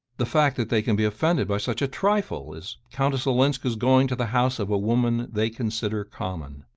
the fact that they can be offended by such a trifle as countess olenska's going to the house of a woman they consider common.